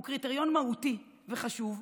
הוא קריטריון מהותי וחשוב,